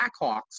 Blackhawks